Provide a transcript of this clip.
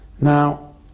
Now